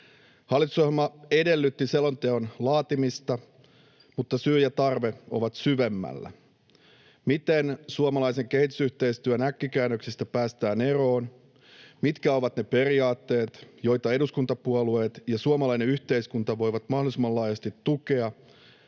Hallitusohjelma edellytti selonteon laatimista, mutta syy ja tarve ovat syvemmällä: Miten suomalaisen kehitysyhteistyön äkkikäännöksistä päästään eroon? Mitkä ovat ne periaatteet, joita eduskuntapuolueet ja suomalainen yhteiskunta voivat mahdollisimman laajasti tukea?